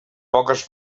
poques